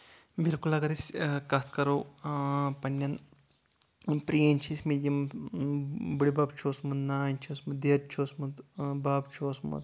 بِالکُل اَگر أسۍ کَتھ کَرو پَنٕنٮ۪ن یِم پرٲنۍ چھِ ٲسۍ مٕتۍ یِم بٕڑِ بَب چھُ اوسمُت نانۍ چھےٚ ٲسمٕژ دید چھ ٲسمٕژ بب چھُ اوسمُت